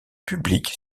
publique